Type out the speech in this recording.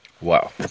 Wow